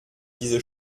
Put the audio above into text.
diese